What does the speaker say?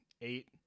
eight